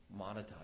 monetize